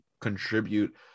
contribute